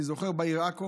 אני זוכר שבעיר עכו